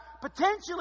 potentially